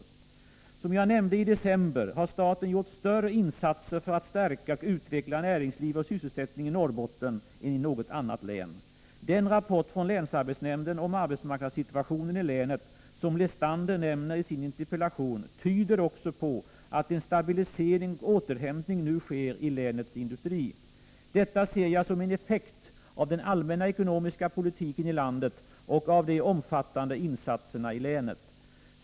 Som jag nämnde i december har staten gjort större insatser för att stärka och utveckla näringsliv och sysselsättning i Norrbotten än i något annat län. Den rapport från länsarbetsnämnden om arbetsmarknadssituationen i länet som Lestander nämner i sin interpellation tyder också på att en stabilisering och återhämtning nu sker inom länets industri. Detta ser jag som en effekt av den allmänna ekonomiska politiken i landet och av de omfattande insatserna ilänet.